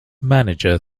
manager